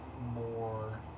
more